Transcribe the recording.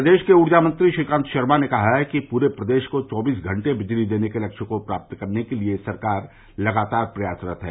प्रदेश के ऊर्जामंत्री श्रीकांत शर्मा ने कहा है कि पूरे प्रदेश को चौबीस घंटे बिजली देने के लक्ष्य को प्राप्त करने के लिए सरकार लगातार प्रयासरत है